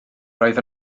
roedd